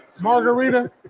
Margarita